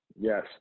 Yes